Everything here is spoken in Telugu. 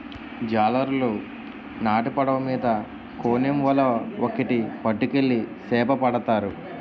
జాలరులు నాటు పడవ మీద కోనేమ్ వల ఒక్కేటి పట్టుకెళ్లి సేపపడతారు